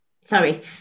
Sorry